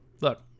look